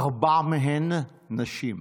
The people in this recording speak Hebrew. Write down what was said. ארבעה מהם נשים,